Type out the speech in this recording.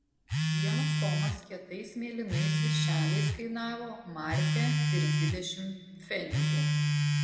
vienas tomas kietais mėlynais viršeliais kainavo markę ir dvidešimt pfenigų